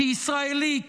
כישראלי,